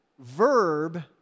verb